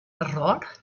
error